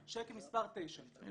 שקף מספר 9. עוד משהו,